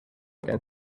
again